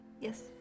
Yes